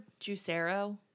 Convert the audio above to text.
Juicero